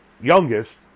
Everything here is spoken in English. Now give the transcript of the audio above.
youngest